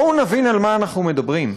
בואו נבין על מה אנחנו מדברים.